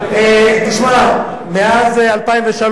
מאז 2003,